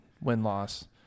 win-loss